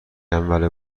اولین